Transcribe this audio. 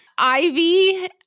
Ivy